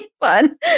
fun